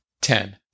Ten